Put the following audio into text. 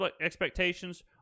expectations